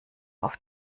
auf